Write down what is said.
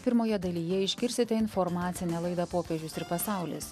pirmoje dalyje išgirsite informacinę laidą popiežius ir pasaulis